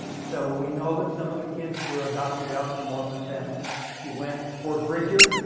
so we know that some of the kids were adopted out to mormon families. she went to fort bridger,